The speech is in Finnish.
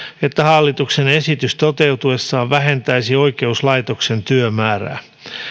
että hallituksen esitys toteutuessaan vähentäisi oikeuslaitoksen työmäärää